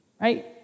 Right